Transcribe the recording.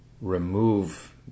remove